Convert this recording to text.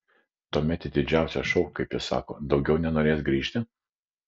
tuomet į didžiausią šou kaip jis sako daugiau nenorės grįžti